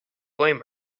blame